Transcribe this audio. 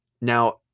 Now